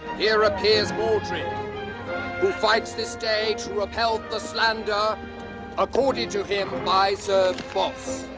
here appears mordred, who fights this day to repel the slander accorded to him by sir boss.